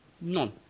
None